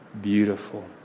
beautiful